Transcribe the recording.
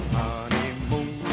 honeymoon